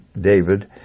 David